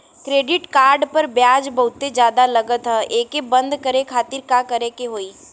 Credit card पर ब्याज बहुते ज्यादा लगत ह एके बंद करे खातिर का करे के होई?